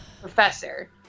Professor